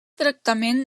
tractament